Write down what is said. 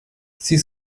sie